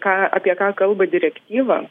ką apie ką kalba direktyva